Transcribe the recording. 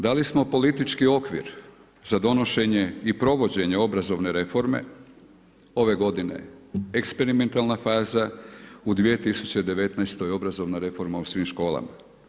Dali smo politički okvir za donošenje i provođenje obrazovne reforme, ove godine eksperimentalna faza u 2019. obrazovna reforma u svim školama.